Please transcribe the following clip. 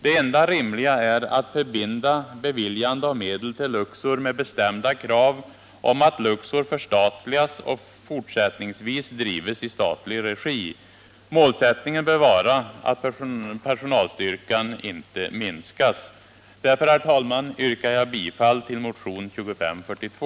Det enda rimliga är att förbinda beviljande av medel till Luxor med bestämda krav på att Luxor förstatligas och fortsättningsvis drivs i statlig regi. Målsättningen bör vara att personalstyrkan ej minskas. Därför, herr talman, yrkar jag bifall till motionen 2542.